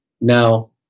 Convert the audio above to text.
Now